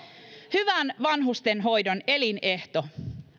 hyvän vanhustenhoidon elinehto